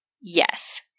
Yes